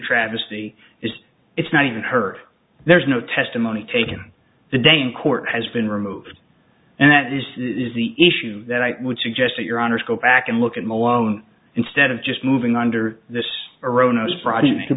travesty is it's not even heard there's no testimony taken the day in court has been removed and that is that is the issue that i would suggest that your honour's go back and look at malone instead of just moving under this